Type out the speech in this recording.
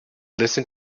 listen